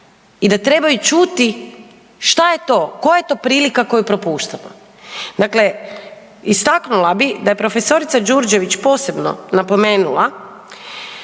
i da trebaju čuti šta je to, koja je to prilika koju propuštamo. Dakle, istaknula bih da je prof. Đurđević posebno napomenula